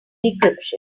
decryption